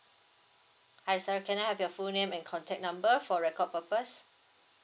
hi sir can I have your full name and contact number for record purpose